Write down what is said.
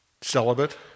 celibate